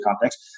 context